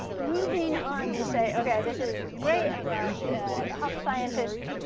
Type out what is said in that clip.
moving on, you say, okay, this is great. i'm not a health scientist.